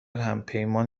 همپیمان